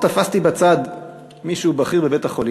בכל זאת תפסתי בצד מישהו בכיר בבית-החולים